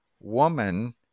woman